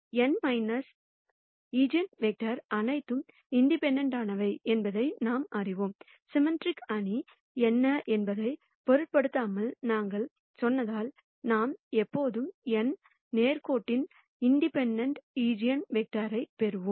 இந்த n ஈஜென்வெக்டர்கள் அனைத்தும் இண்டிபெண்டெண்ட்னவை என்பதை நாம் அறிவோம் சிம்மெட்ரிக் அணி என்ன என்பதைப் பொருட்படுத்தாமல் நாங்கள் சொன்னதால் நாம் எப்போதும் n நேர்கோட்டு இண்டிபெண்டெண்ட் ஈஜென்வெக்டர்களைப் பெறுவோம்